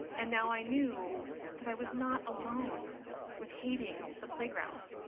and now i knew that i was not alone with hating the playground.